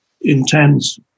intense